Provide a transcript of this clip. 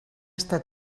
està